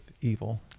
evil